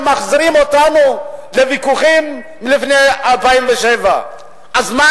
הם מחזירים אותנו לוויכוחים שלפני 2007. אז מה